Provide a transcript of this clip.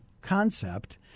concept